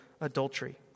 adultery